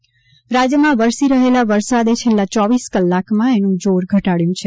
વરસાદ રાજ્યમાં વરસી રહેલાં વરસાદે છેલ્લાં ચોવીસ કલાકમાં એનું જોર ઘટાડ્યું છે